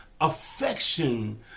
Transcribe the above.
affection